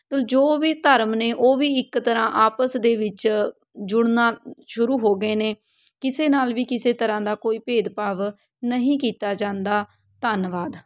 ਤੋ ਜੋ ਵੀ ਧਰਮ ਨੇ ਉਹ ਵੀ ਇੱਕ ਤਰ੍ਹਾਂ ਆਪਸ ਦੇ ਵਿੱਚ ਜੁੜਨਾ ਸ਼ੁਰੂ ਹੋ ਗਏ ਨੇ ਕਿਸੇ ਨਾਲ ਵੀ ਕਿਸੇ ਤਰ੍ਹਾਂ ਦਾ ਕੋਈ ਭੇਦਭਾਵ ਨਹੀਂ ਕੀਤਾ ਜਾਂਦਾ ਧੰਨਵਾਦ